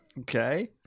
Okay